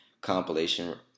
compilation